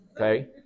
Okay